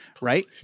right